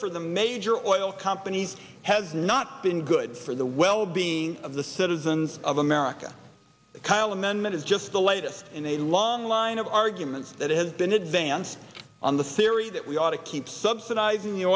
for the major oil companies has not been good for the wellbeing of the citizens of america kyl amendment is just the latest in a long line of arguments that has been advanced on the theory that we ought to keep subsidizing